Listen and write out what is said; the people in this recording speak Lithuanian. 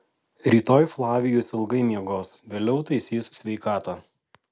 rytoj flavijus ilgai miegos vėliau taisys sveikatą